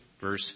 Verse